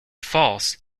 false